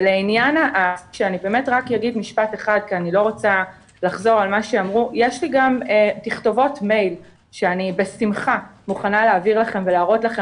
יש לי גם תכתובות מייל שאני בשמחה מוכנה להעביר לכם ולהראות לכם